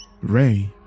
Ray